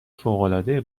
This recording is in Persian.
فوقالعاده